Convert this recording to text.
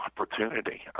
opportunity